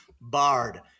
Barred